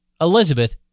Elizabeth